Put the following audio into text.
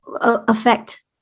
affect